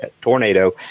tornado